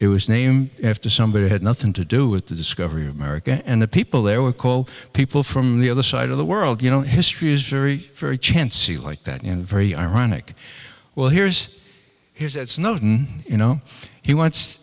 it was named after somebody had nothing to do with the discovery of america and the people there would call people from the other side of the world you know history is very very chancy like that you know very ironic well here's here's that's not you know he wants